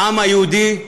לעם היהודי,